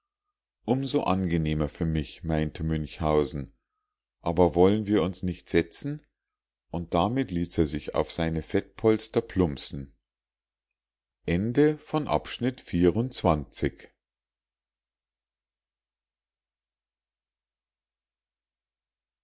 so angenehmer für mich meinte münchhausen aber wollen wir uns nicht setzen und damit ließ er sich auf seine fettpolster plumpsen